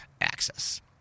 access